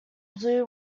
blue